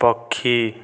ପକ୍ଷୀ